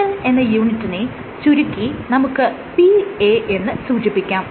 pascal എന്ന യൂണിറ്റിനെ ചുരുക്കി നമുക്ക് Pa എന്ന് സൂചിപ്പിക്കാം